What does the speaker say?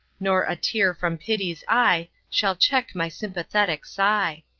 nor a tear from pity's eye shall check my sympathetic sigh.